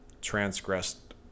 transgressed